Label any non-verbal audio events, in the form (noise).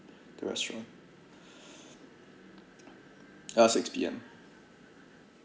the restaurant (breath) ya six P_M